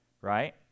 Right